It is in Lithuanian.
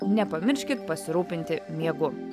nepamirškit pasirūpinti miegu